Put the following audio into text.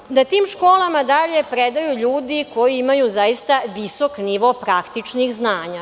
Dalje, na tim školama predaju ljudi koji imaju zaista visoki nivo praktičnih znanja.